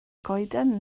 goeden